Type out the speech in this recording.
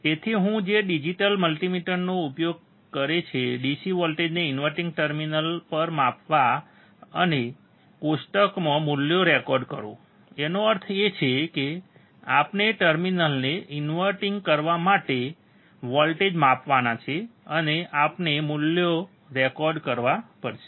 તેથી તે શું છે જે ડિજિટલ મલ્ટિમીટરનો ઉપયોગ કરે છે DC વોલ્ટેજને ઇનવર્ટીંગ ટર્મિનલ પર માપવા અને કોષ્ટકમાં મૂલ્યો રેકોર્ડ કરો તેનો અર્થ એ છે કે આપણે ટર્મિનલને ઇનવર્ટીંગ કરવા માટે વોલ્ટેજ માપવાનું છે અને આપણે મૂલ્ય રેકોર્ડ કરવું પડશે